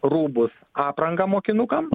rūbus aprangą mokinukam